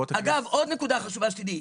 אגב, עוד נקודה חשובה שתדעי.